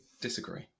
disagree